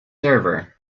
server